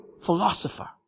philosopher